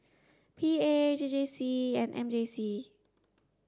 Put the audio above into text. P A J J C and M J C